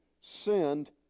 send